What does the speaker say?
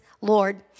Lord